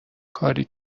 کاری